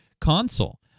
console